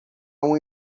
uma